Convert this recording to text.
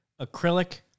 acrylic